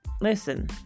listen